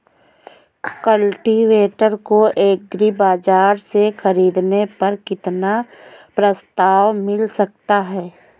Cultivator को agri बाजार से ख़रीदने पर कितना प्रस्ताव मिल सकता है?